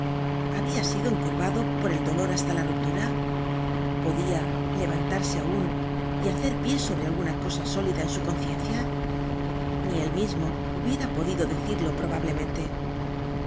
habia sido encorvado por el dolor hasta la ruptura podia levantarse aun y hacer pie sobre alguna cosa sólida en su conciencia ni él mismo hubiera podido decirlo probablemente